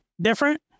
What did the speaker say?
different